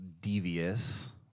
devious